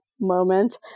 moment